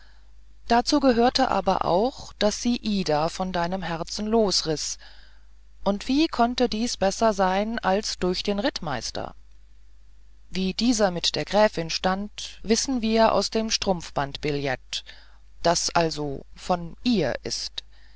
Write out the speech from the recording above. dazu gehörte aber auch daß sie ida von deinem herzen losriß und wie konnte dies besser sein als durch den rittmeister wie dieser mit der gräfin stand wissen wir aus dem strumpfbandbillett das also von ihr ist